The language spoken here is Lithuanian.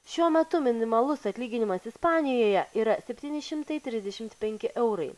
šiuo metu minimalus atlyginimas ispanijoje yra septyni šimtai trisdešimt penki eurai